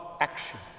action